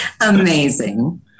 amazing